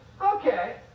Okay